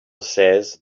says